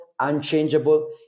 unchangeable